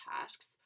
tasks